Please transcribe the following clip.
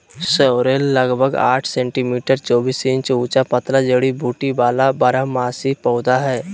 sorrel लगभग साठ centimetre चौबीस इंच ऊंचा पतला जड़ी बूटी वाला बारहमासी पौधा हइ